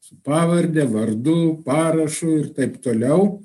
su pavarde vardu parašu ir taip toliau